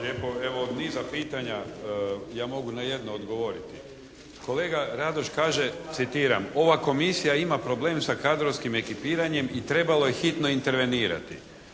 Evo niza pitanja ja mogu na jedno odgovoriti. Kolega Radoš kaže, citiram: "Ova komisija ima problem sa kadrovskim ekipiranjem i trebalo je hitno intervenirati.".